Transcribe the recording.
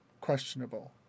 questionable